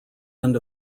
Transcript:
end